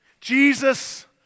Jesus